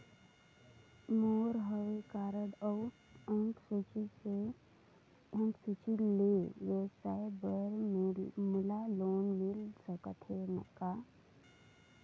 मोर हव कारड अउ अंक सूची ले व्यवसाय बर मोला लोन मिल सकत हे का?